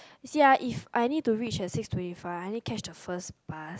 you see ah if I need to reach at six twenty five I need catch the first bus